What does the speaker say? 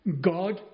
God